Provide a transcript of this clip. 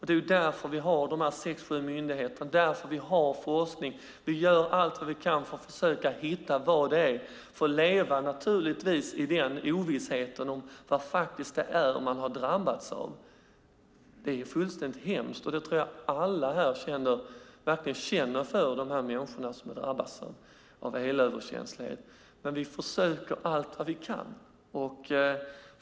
Det är därför vi har dessa sex sju myndigheter och forskningen. Vi gör allt vad vi kan för att försöka hitta vad det är. Att leva i ovissheten om vad man faktiskt har drabbats av är fullständigt hemskt. Jag tror att alla här verkligen känner för de människor som drabbats av elöverkänslighet. Vi försöker allt vad vi kan.